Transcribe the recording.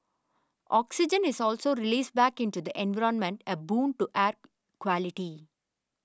oxygen is also released back into the environment a boon to air quality